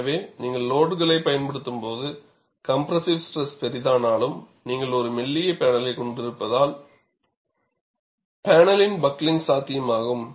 எனவே நீங்கள் லோடுகளைப் பயன்படுத்தும்போது கம்ப்ரெஸ்ஸிவ் ஸ்ட்ரெஸ் பெரிதானலும் நீங்கள் ஒரு மெல்லிய பேனலைக் கொண்டிருப்பதாலும் பேனலின் பக்ளிங்க் சாத்தியமாகும்